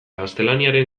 gaztelaniaren